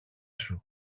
σου